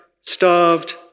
starved